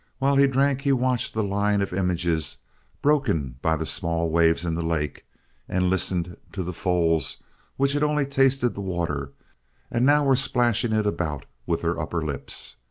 while he drank he watched the line of images broken by the small waves in the lake and listened to the foals which had only tasted the water and now were splashing it about with their upper lips.